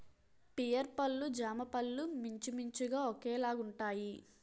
pear పళ్ళు జామపళ్ళు మించుమించుగా ఒకేలాగుంటాయి